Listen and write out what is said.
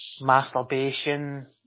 masturbation